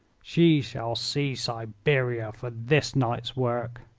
she shall see siberia for this night's work.